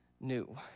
new